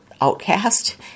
outcast